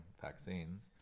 vaccines